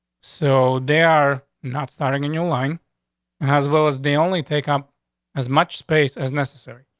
so they are not starting in your line as well as the only take up as much space as necessary.